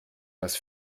das